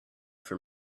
for